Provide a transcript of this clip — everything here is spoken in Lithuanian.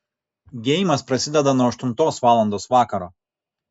geimas prasideda nuo aštuntos valandos vakaro